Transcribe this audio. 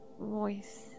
voice